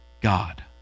God